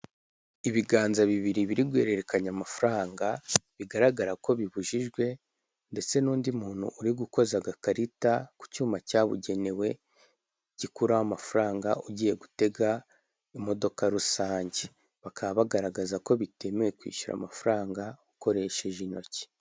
Ibiganza bibiri biri guhererekanya amafaranga bigaragara ko bibujijwe ndetse n'undi muntu uri gukoza agakarita ku cyuma cyabugenewe gikuraraho amafaranga ugiye gutega imodoka rusange, bakaba bagaragaza ko bitemewe kwishyura amafaranga ukoresheje intoki.